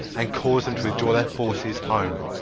and cause them to withdraw their forces home,